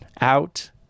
out